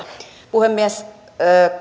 puhemies